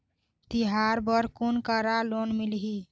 तिहार बर कोन करा लोन मिलही?